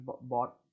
bought